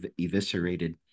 eviscerated